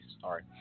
sorry